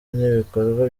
n’ibikorwa